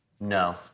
No